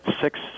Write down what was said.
Six